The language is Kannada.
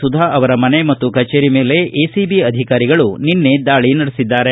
ಸುಧಾ ಅವರ ಮನೆ ಮತ್ತು ಕಚೇರಿ ಮೇಲೆ ಎಸಿಬಿ ಅಧಿಕಾರಿಗಳು ನಿನ್ನೆ ದಾಳಿ ನಡೆಸಿದ್ದಾರೆ